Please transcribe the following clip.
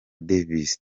davis